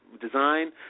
design